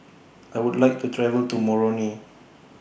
I Would like to travel to Moroni